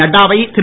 நட்டாவை திரு